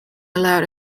allowed